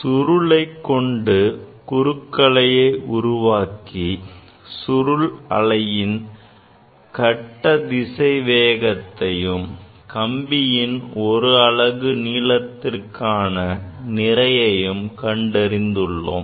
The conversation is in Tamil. சுருளைக் கொண்டு குறுக்கலையை உருவாக்கி சுருள் அலையின் கட்ட திசைவேகத்தையும் கம்பியின் ஒரு அலகு நீளத்திற்கான நிறையையும் கண்டறிந்துள்ளோம்